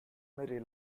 may